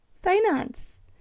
finance